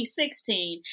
2016